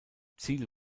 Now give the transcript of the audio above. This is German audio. ziel